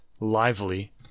lively